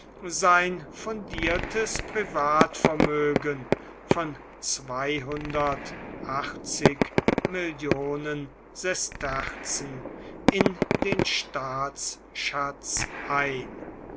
sein fundiertes privatvermögen von achtzig millionen sesterzen in den staatsschatz ein